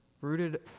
rooted